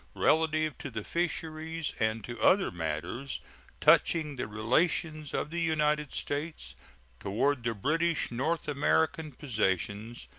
relative to the fisheries and to other matters touching the relations of the united states toward the british north american possessions,